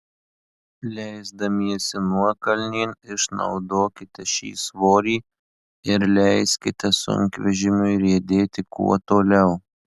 leisdamiesi nuokalnėn išnaudokite šį svorį ir leiskite sunkvežimiui riedėti kuo toliau